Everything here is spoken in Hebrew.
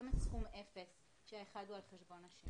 מלחמת תחום אפס שאחד הוא על חשבון השני.